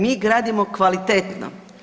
Mi gradimo kvalitetno.